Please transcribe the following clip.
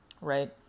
right